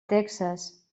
texas